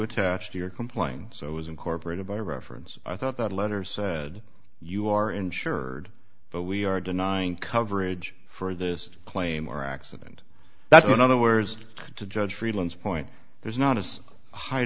attached to your complaint so it was incorporated by reference i thought that letter said you are insured for we are denying coverage for this claim or accident that's another worst to judge freeland's point there's not as high